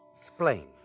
Explain